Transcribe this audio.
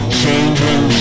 changing